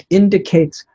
indicates